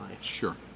Sure